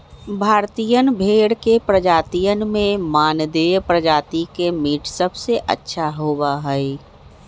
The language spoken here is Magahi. भारतीयन भेड़ के प्रजातियन में मानदेय प्रजाति के मीट सबसे अच्छा होबा हई